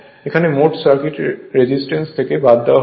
এখানে মোট circuit resistance থেকে বাদ দেওয়া হয়েছে